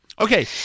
Okay